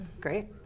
great